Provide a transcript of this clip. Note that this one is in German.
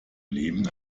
leben